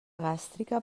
gàstrica